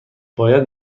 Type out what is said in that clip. باید